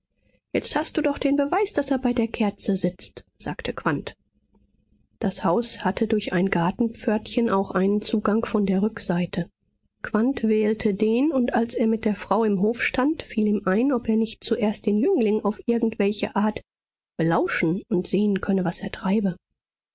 jetzt hast du doch den beweis daß er bei der kerze sitzt sagte quandt das haus hatte durch ein gartenpförtchen auch einen zugang von der rückseite quandt wählte den und als er mit der frau im hof stand fiel ihm ein ob er nicht zuerst den jüngling auf irgendwelche art belauschen und sehen könne was er treibe